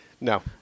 No